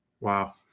Wow